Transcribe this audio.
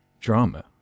drama